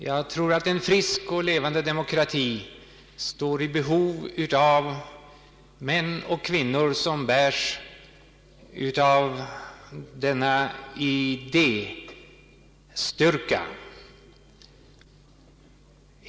Jag tror att en frisk och levande demokrati står i behov av män och kvinnor som bärs av denna idéstyrka.